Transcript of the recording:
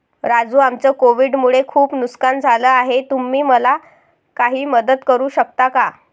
राजू आमचं कोविड मुळे खूप नुकसान झालं आहे तुम्ही मला काही मदत करू शकता का?